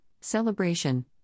celebration